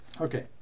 Okay